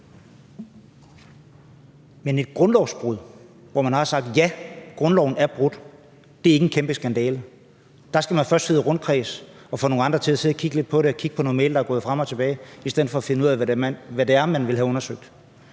et tilfælde, hvor man har sagt ja til, at grundloven er brudt, ikke en kæmpe skandale? Der skal man først sidde i rundkreds og få nogle andre til at sidde og kigge lidt på det og kigge på nogle mails, der er gået frem og tilbage, i stedet for at finde ud af, hvad det er, man vil have undersøgt.